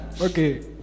okay